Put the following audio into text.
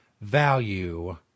value